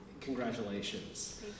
congratulations